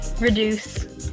Reduce